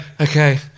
Okay